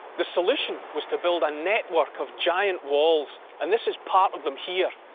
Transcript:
the solution was to build a network of giant walls and this is part of them here.